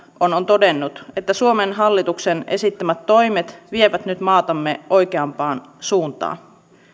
ovat todenneet että suomen hallituksen esittämät toimet vievät nyt maatamme oikeampaan suuntaan